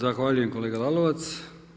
Zahvaljujem kolega Lalovac.